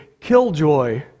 killjoy